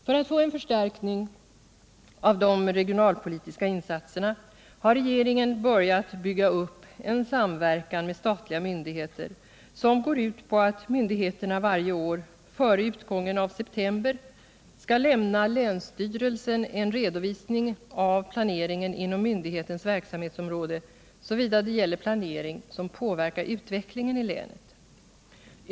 För att få en förstärkning av de regionalpolitiska insatserna har regeringen börjat bygga upp en samverkan med statliga myndigheter som går ut på att myndigheterna varje år före utgången av september skall lämna länsstyrelsen en redovisning av planeringen inom myndighetens verksamhetsområde, såvida det gäller planering som påverkar utvecklingen i länet.